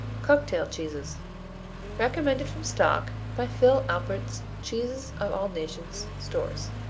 cocktail cheeses recommended from stock by phil alpert's cheeses of all nations stores